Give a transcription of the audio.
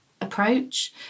approach